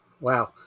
Wow